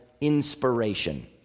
inspiration